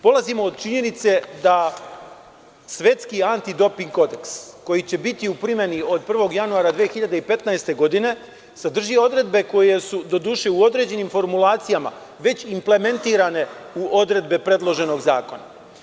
Polazimo od činjenice da svetski anti doping kodeks koji će biti u primeni od 1. januara 2015. godine sadrži odredbe koje su, doduše, u određenim formulacijama već implementirane u odredbe predloženog zakona.